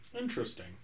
Interesting